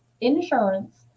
insurance